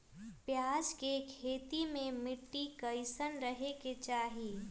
प्याज के खेती मे मिट्टी कैसन रहे के चाही?